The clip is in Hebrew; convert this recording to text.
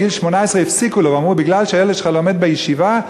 ובגיל 18 הפסיקו לו ואמרו: מכיוון שהילד לומד בישיבה,